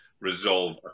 resolve